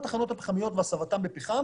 למרות שהיו גם תקופות שהשימוש בפחם